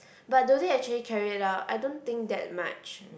but do they actually carry it out I don't think that much